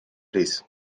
plîs